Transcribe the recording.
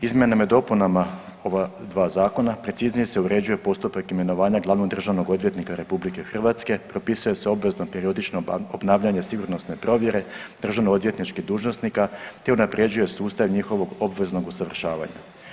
Izmjenama i dopunama ova dva zakona preciznije se uređuje postupak imenovanja glavnog državnog odvjetnika Republike Hrvatske, propisuje se obvezno periodično obnavljanje sigurnosne provjere državno odvjetničkih dužnosnika, te unapređuje sustav njihovog obveznog usavršavanja.